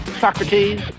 Socrates